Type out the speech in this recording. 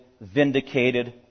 vindicated